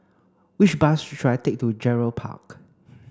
which bus should I take to Gerald Park